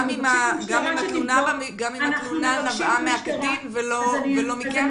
גם אם התלונה נבעה מהקטין ולא מכם?